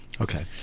Okay